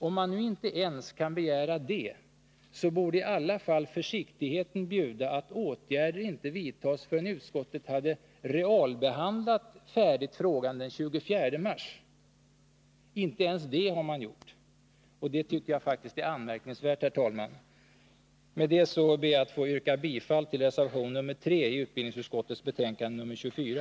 Om man nu inte ens kan begära det, så borde i alla fall försiktigheten bjuda att åtgärder inte vidtagits förrän utskottet hade realbehandlat frågan färdigt den 24 mars. Inte ens det har man gjort, och det herr talman, tycker jag faktiskt är anmärkningsvärt. Med detta ber jag att få yrka bifall till reservation 3 i utbildningsutskottets betänkande 24.